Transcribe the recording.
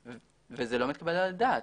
וזה לא מתקבל על הדעת.